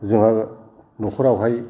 जोङो न'खरावहाय